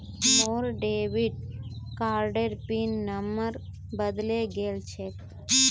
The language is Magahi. मोर डेबिट कार्डेर पिन नंबर बदले गेल छेक